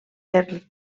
per